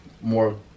more